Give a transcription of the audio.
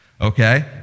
Okay